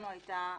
לנו הייתה